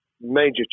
major